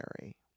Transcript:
Mary